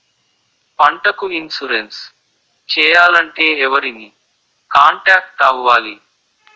పంటకు ఇన్సురెన్స్ చేయాలంటే ఎవరిని కాంటాక్ట్ అవ్వాలి?